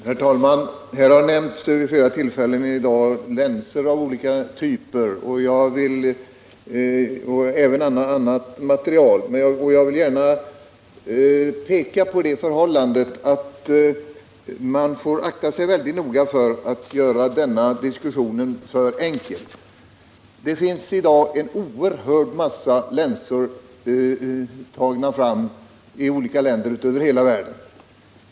Herr talman! Här har i dag vid flera tillfällen nämnts länsor av olika typer, och även annan materiel, men jag vill gärna påpeka att man måste akta sig mycket noga för att göra denna diskussion för enkel. Det finns i dag en oerhörd massa länsor framtagna i olika länder över hela världen.